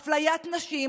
אפליית נשים,